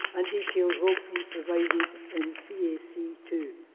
and details will be provided in c a c two.